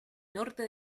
norte